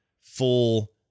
full